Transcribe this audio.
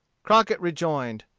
crockett rejoined,